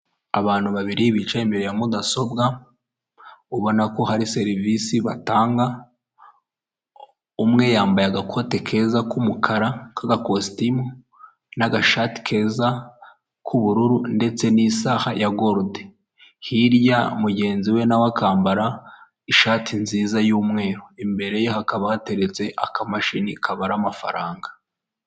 Nta muntu utagira inzozi zo kuba mu nzu nziza kandi yubatse neza iyo nzu iri mu mujyi wa kigali uyishaka ni igihumbi kimwe cy'idolari gusa wishyura buri kwezi maze nawe ukibera ahantu heza hatekanye.